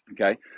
Okay